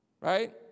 right